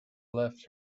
left